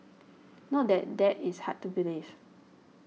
not that that is hard to believe